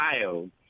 child